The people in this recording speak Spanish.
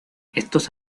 estos